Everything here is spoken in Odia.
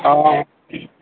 ହଅ